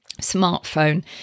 smartphone